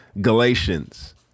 Galatians